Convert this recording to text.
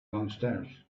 downstairs